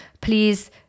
please